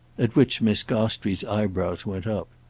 at which miss gostrey's eyebrows went up.